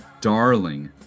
darling